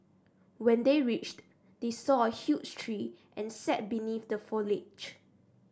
when they reached they saw a huge tree and sat beneath the foliage